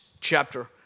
chapter